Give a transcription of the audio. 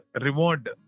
reward